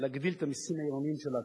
להגדיל את המסים העירוניים שלה,